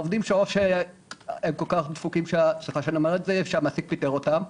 העובדים שאו שהם כל כך דפוקים שהמעסיק פיטר אותם,